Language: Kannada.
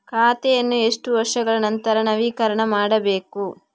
ಖಾತೆಯನ್ನು ಎಷ್ಟು ವರ್ಷಗಳ ನಂತರ ನವೀಕರಣ ಮಾಡಬೇಕು?